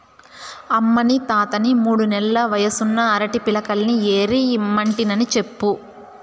అమ్మనీ తాతని మూడు నెల్ల వయసున్న అరటి పిలకల్ని ఏరి ఇమ్మంటినని చెప్పు